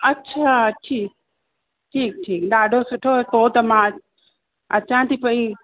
अच्छा ठीकु ठीकु ठीकु ठीकु ॾाढो सुठो पोइ त मां अचां थी पई